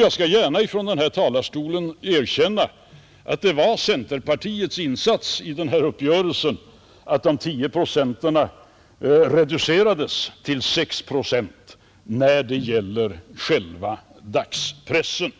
Jag skall gärna från denna talarstol erkänna att det var centerpartiets insats i denna uppgörelse att de 10 procenten reducerades till 6 procent när det gäller själva dagspressen.